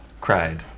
Cried